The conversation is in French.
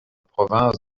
province